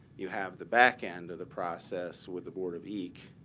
you have the back end of the process with the board of eq,